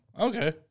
okay